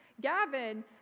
Gavin